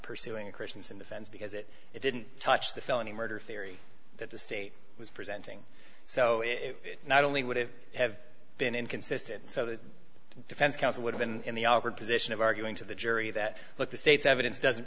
pursuing a christians in defense because it didn't touch the felony murder theory that the state was presenting so it not only would it have been inconsistent so the defense counsel would have been in the awkward position of arguing to the jury that look the state's evidence doesn't